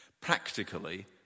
practically